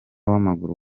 w’amaguru